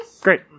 Great